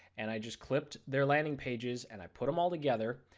and i just clipped there landing pages and i put them all together,